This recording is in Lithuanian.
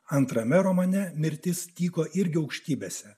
antrame romane mirtis tyko irgi aukštybėse